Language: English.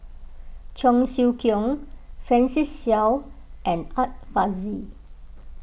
Cheong Siew Keong Francis Seow and Art Fazil